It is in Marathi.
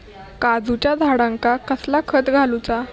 काजूच्या झाडांका कसला खत घालूचा?